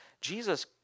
Jesus